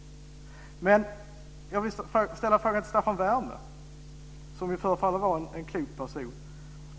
Jag vill ställa en fråga till Staffan Werme, som förefaller vara en klok person.